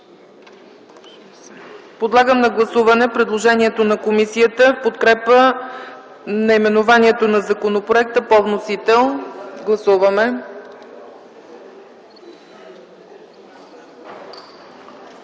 Подлагам на гласуване предложението на комисията в подкрепа наименованието на законопроекта по вносител. Гласували